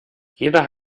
jeder